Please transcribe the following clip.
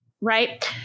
Right